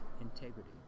integrity